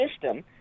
system